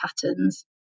patterns